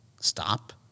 Stop